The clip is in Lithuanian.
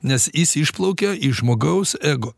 nes jis išplaukia iš žmogaus ego